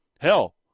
hell